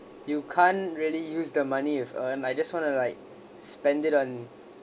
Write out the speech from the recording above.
you can't really use the money you've earn I just want to like spend it on